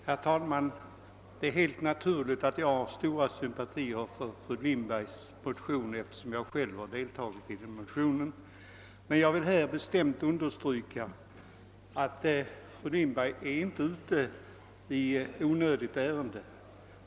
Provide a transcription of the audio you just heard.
Herr talman! Det är helt naturligt att jag har stora sympatier för fru Lindbergs motion, eftersom jag själv har undertecknat motionen. Jag vill också bestämt understryka att fru Lindberg inte är ute i onödan.